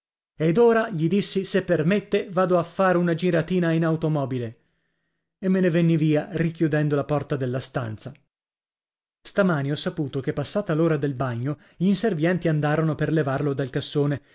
ed ora gli dissi se permette vado a far una giratina in automobile e me ne venni via richiudendo la porta della stanza stamani ho saputo che passata l'ora del bagno gli inservienti andarono per levarlo dal cassone